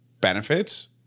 benefits